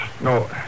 No